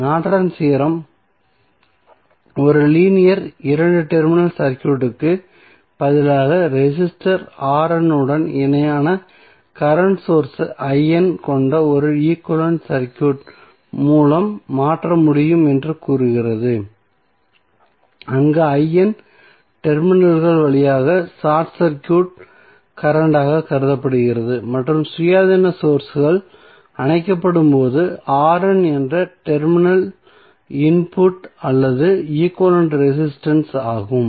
Norton's theorem ஒரு linear இரண்டு terminal சர்க்யூட்க்கு பதிலாக ரெசிஸ்டர் உடன் இணையாக கரண்ட் சோர்ஸ் கொண்ட ஒரு ஈக்வலன்ட் சர்க்யூட் மூலம் மாற்ற முடியும் என்று கூறுகிறது அங்கு டெர்மினல்கள் வழியாக ஷார்ட் சர்க்யூட் கரண்ட் ஆகக் கருதப்படுகிறது மற்றும் சுயாதீன சோர்ஸ்கள் அணைக்கப்படும் போது என்பது டெர்மினல்களில் இன்புட் அல்லது ஈக்வலன்ட் ரெசிஸ்டன்ஸ் ஆகும்